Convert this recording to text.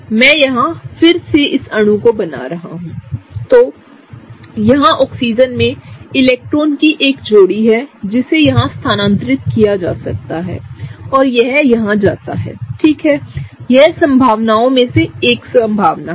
मैं यहां फिर से इस अणु को बना रहा हूंतोयहाँ ऑक्सीजन में इलेक्ट्रॉनों की एक जोड़ी हैजिसेयहाँ स्थानांतरित किया जा सकता है और यह यहाँ जाता है ठीक है यह संभावनाओं में से एक संभावना है